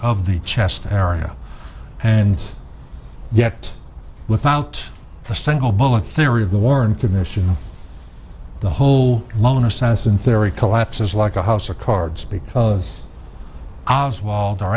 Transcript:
of the chest area and yet without the single bullet theory of the warren commission the whole lone assassin theory collapses like a house or cards because oz walt